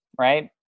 Right